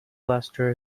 plaster